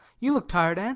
you look tired, anne,